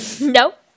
Nope